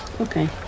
okay